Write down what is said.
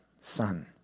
son